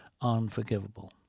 unforgivable